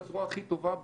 בצורה הכי טובה,